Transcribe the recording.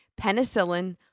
penicillin